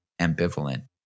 ambivalent